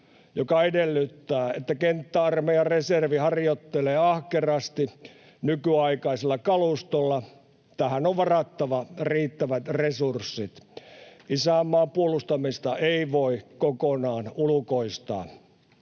mikä edellyttää, että kenttäarmeijan reservi harjoittelee ahkerasti nykyaikaisella kalustolla. Tähän on varattava riittävät resurssit. Isänmaan puolustamista ei voi kokonaan ulkoistaa.